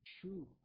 true